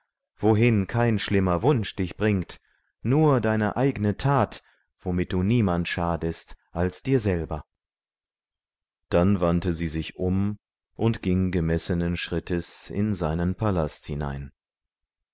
wohin kein schlimmer wunsch dich bringt nur deine eigene tat womit du niemand schadest als dir selber dann wandte sie sich um und ging gemessenen schrittes in seinen palast hinein